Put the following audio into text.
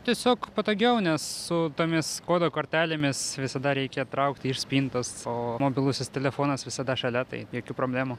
tiesiog patogiau nes su tomis kodų kortelėmis visada reikia traukti iš spintos o mobilusis telefonas visada šalia tai jokių problemų